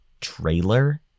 trailer